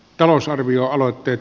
talousarvioaloitteet